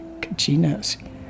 kachinas